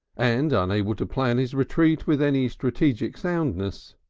and unable to plan his retreat with any strategic soundness.